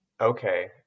okay